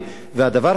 והדבר השני,